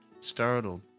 startled